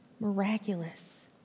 Miraculous